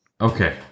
Okay